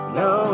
no